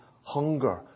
hunger